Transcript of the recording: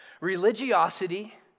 Religiosity